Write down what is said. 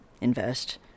invest